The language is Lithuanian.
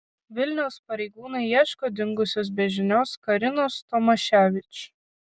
vilniaus pareigūnai ieško dingusios be žinios karinos tomaševič